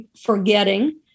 forgetting